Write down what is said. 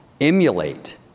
emulate